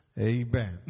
amen